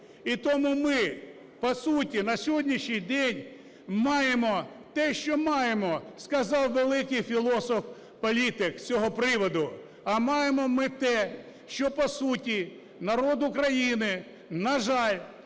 І тому ми по суті на сьогоднішній день "маємо те, що маємо", як сказав великий філософ, політик з цього приводу. А маємо ми те, що по суті народ України, на жаль,